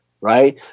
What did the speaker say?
right